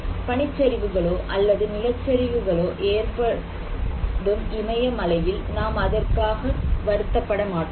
பனிச்சரிவு களோ அல்லது நிலச்சரிவுகளும் இமயமலையில் ஏற்பட்டால் நாம் அதற்காக வருத்தப்பட மாட்டோம்